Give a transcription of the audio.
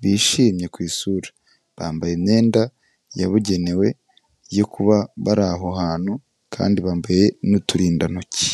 bishimye ku isura, bambaye imyenda yabugenewe yo kuba bari aho hantu kandi bambaye n'uturindantoki.